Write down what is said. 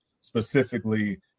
specifically